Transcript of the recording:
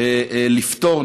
לפתור,